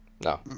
No